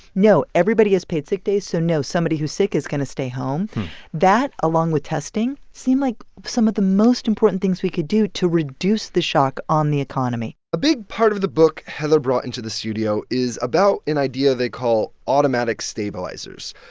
no, everybody has paid sick days, so, no, somebody who's sick is going to stay home that, along with testing, seem like some of the most important things we could do to reduce the shock on the economy a big part of the book heather brought into the studio is about an idea they call automatic stabilizers.